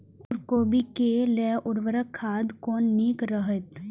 ओर कोबी के लेल उर्वरक खाद कोन नीक रहैत?